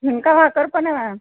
झुणका भाकर पण आहे मॅम